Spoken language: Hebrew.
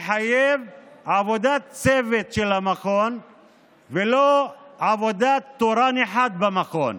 מחייב עבודת צוות של המכון ולא עבודת תורן אחד במכון,